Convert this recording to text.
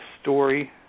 story